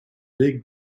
big